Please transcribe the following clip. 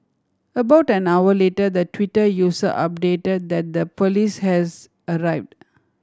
about an hour later the Twitter user updated that the police has arrived